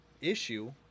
issue